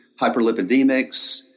hyperlipidemics